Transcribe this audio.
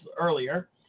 earlier